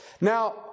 Now